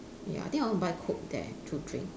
ya I think I want buy coke there to drink